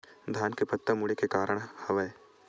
धान के पत्ता मुड़े के का कारण हवय?